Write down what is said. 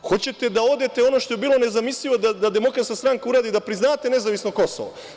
Hoćete da odete, ono što je bilo nezamislivo da DS uradi, da priznate nezavisno Kosovo.